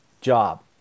job